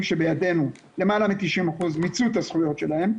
שבידינו שלמעלה מ-90% מיצו את הזכויות שלהם.